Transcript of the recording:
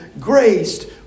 graced